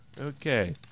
Okay